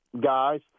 guys